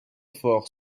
forts